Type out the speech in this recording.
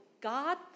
God